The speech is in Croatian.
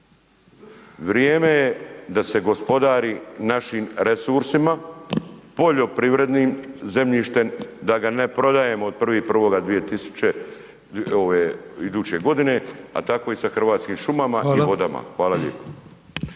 vrijeme je da se gospodari našim resursima, poljoprivrednim zemljištem da ga ne prodajemo od 1.1. 2000 ove iduće godine, a tako i sa Hrvatskim šumama …/Upadica: Hvala/…i